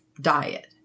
diet